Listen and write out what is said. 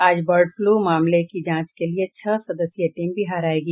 आज bird flu मामले की जांच के लिए छह सदस्यीय टीम बिहार आयेगी